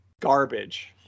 garbage